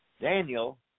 Daniel